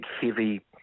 heavy